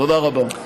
תודה רבה.